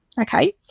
Okay